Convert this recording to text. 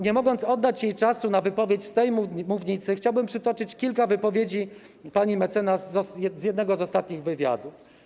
Nie mogąc oddać jej czasu na wypowiedź z ten mównicy, chciałbym przytoczyć kilka wypowiedzi pani mecenas z jednego z ostatnich wywiadów.